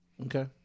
Okay